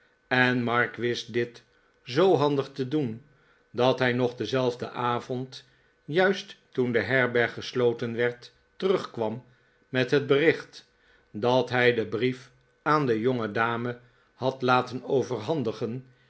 en mark wist dit zoo handig te doen dat hij nog denzelfden avond juist toen de herberg gesloten werd terugkwam met het bericht dat hij den brief aan de jongedame had laten overhandigen